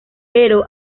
pero